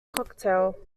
cocktail